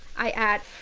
i add